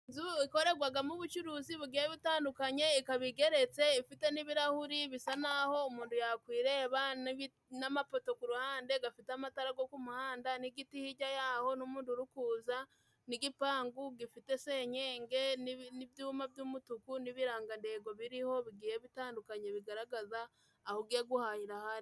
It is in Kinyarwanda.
Inzu ikorerwamo ubucuruzi bugiye butandukanye ikaba igeretse ifite n'ibirahuri bisa n'aho umuntu yakwireba n'amapoto ku ruhande afite amatara yo ku muhanda n'igiti. Hirya yaho n'umuriro uri kuza n'igipangu gifite senyenge n'ibyuma by'umutuku n'ibirangantego biriho bigiye bitandukanye bigaragaza aho ugiye guhahira aho ari ho.